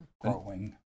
Growing